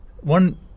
one